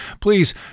please